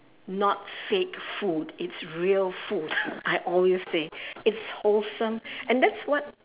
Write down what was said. not fake food it's real food I always say it's wholesome and that's what